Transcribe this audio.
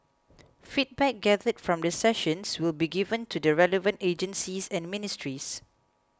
feedback gathered from the sessions will be given to the relevant agencies and ministries